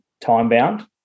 time-bound